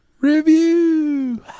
Review